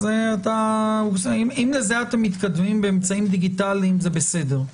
אם לזה אתם מתכוונים באמצעים דיגיטליים זה בסדר.